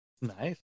Nice